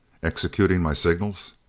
executing my signals?